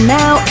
now